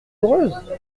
heureuse